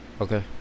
Okay